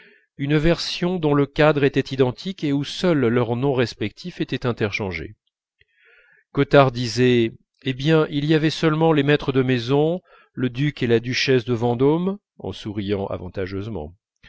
une version dont le cadre était identique et où seuls leurs noms respectifs étaient interchangés cottard disait eh bien il y avait seulement les maîtres de maison le duc et la duchesse de vendôme